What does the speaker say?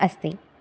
अस्ति